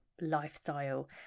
lifestyle